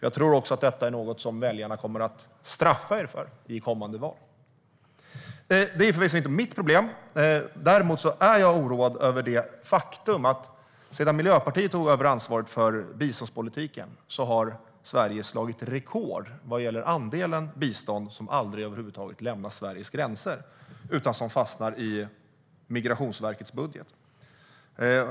Jag tror också att detta är något som väljarna kommer att straffa er för i kommande val. Det är förvisso inte mitt problem. Däremot är jag oroad över det faktum att sedan Miljöpartiet tog över ansvaret för biståndspolitiken har Sverige slagit rekord vad gäller andelen bistånd som över huvud taget aldrig lämnar Sveriges gränser utan som fastnar i Migrationsverkets budget.